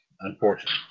unfortunately